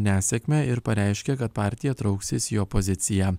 nesėkme ir pareiškė kad partija trauksis į opoziciją